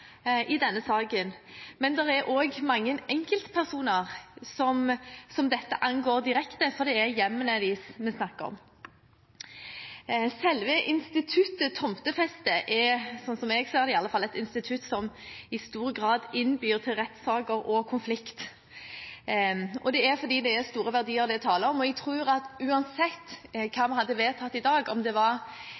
i denne saken. Men det er også mange enkeltpersoner som dette angår direkte, for det er hjemmene deres vi snakker om. Selve instituttet tomtefeste er, slik jeg ser det iallfall, et institutt som i stor grad innbyr til rettssaker og konflikt. Det er fordi det er store verdier det er tale om, og jeg tror at uansett hva vi hadde vedtatt i dag, om det